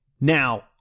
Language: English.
now